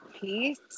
peace